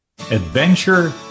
Adventure